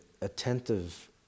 attentive